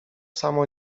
samo